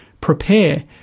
prepare